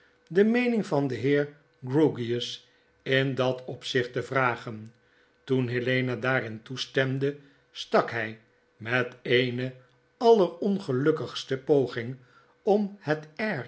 de meening van den heer grewgious in dat opzicht te vragen toen helena daarin toestemde stak hy met eene allerongelukkigste poging om het